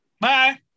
Bye